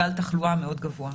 גל תחלואה מאוד גבוה.